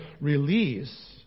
release